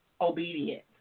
obedience